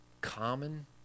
Common